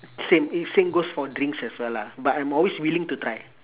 same i~ same goes for drinks as well lah but I'm always willing to try